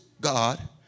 God